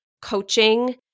coaching